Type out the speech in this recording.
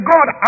God